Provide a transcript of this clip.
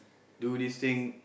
do this thing